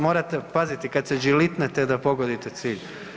Morate paziti kad se đilitnete da pogodite cilj.